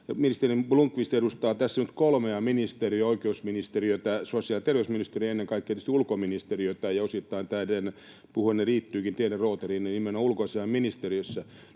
Ministeri Blomqvist edustaa tässä nyt kolmea ministeriötä — oikeusministeriötä, sosiaali- ja terveysministeriötä ja ennen kaikkea tietysti ulkoministeriötä — ja osittain tämä puheeni liittyykin teidän rooteliinne ulkoasiainministeriössä.